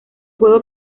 juego